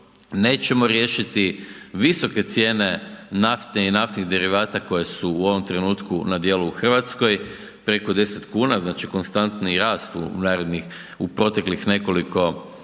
nećemo riješiti visoke cijene nafte i naftnih derivata koje su u ovom trenutku na dijelu u RH, preko 10,00 kn, znači, konstantni rast u narednih, u proteklih nekoliko mjeseci